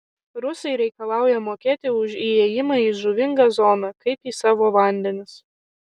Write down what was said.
rusai reikalauja mokėti už įėjimą į žuvingą zoną kaip į savo vandenis